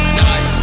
night